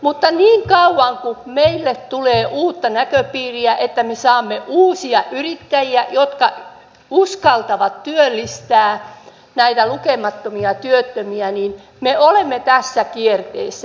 mutta siihen asti kun meille tulee uutta näköpiiriä kun me saamme uusia yrittäjiä jotka uskaltavat työllistää näitä lukemattomia työttömiä me olemme tässä kierteessä